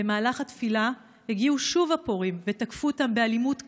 במהלך התפילה הגיעו שוב הפורעים ותקפו אותם באלימות קשה,